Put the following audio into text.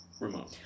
Remote